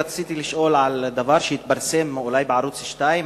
שרציתי לשאול על דבר שהתפרסם אולי בערוץ-2,